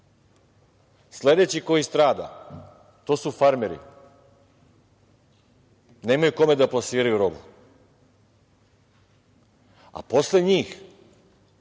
Sledeći koji strada to su farmeri. Nemaju kome da plasiraju robu, a posle njih